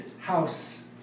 house